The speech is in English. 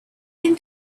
him